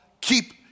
keep